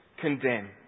condemn